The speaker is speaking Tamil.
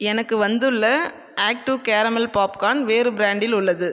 எனக்கு வந்துள்ள ஆக்ட் டூ கேரமெல் பாப்கார்ன் வேறு பிராண்டில் உள்ளது